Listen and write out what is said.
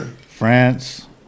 France